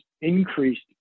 increased